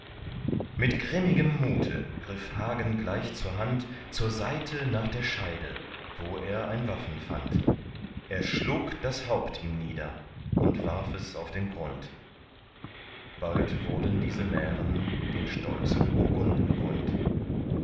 mit grimmigem mute griff hagen gleich zur hand zur seite nach der scheide wo er ein waffen fand er schlug das haupt ihm nieder und warf es auf den grund bald wurden diese mären den stolzen burgunden kund